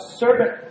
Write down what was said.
servant